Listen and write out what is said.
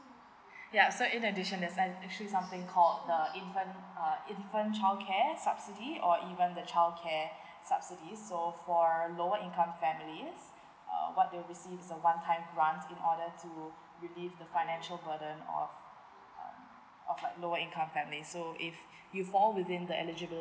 yup so in addition there's an actually something called the onfant the infant childcare subsidies or even the childcare subsidies so for a lower income familes uh what they will see is a one time fund in order to relief the financial for um of a lower income family so if you fall within the eligible